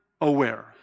aware